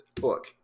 look